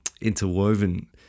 interwoven